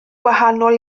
gwahanol